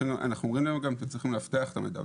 להגיד להם גם שהם צריכים לאבטח את המידע.